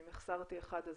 ואם החסרתי אחד,